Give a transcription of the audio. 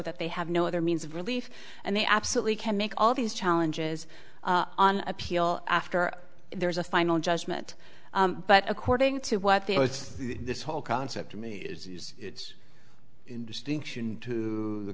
that they have no other means of relief and they absolutely can make all these challenges on appeal after there is a final judgment but according to what the it's the this whole concept to me it's in distinction to the